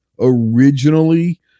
originally